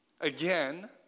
again